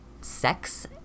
sex